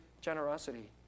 generosity